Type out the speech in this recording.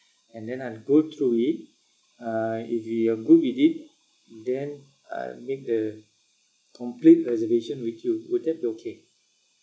and then I'll go through it uh if we are good with it then I'll make the complete reservation with you would that be okay